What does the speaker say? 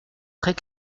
très